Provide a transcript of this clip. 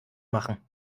machen